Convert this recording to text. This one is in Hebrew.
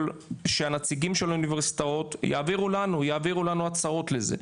שהנציגים של האוניברסיטאות יעבירו לנו הצעות לזה,